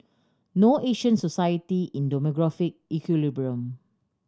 no Asian society in demographic equilibrium